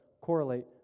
correlate